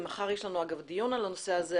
ומחר יש לנו דיון על הנושא הזה,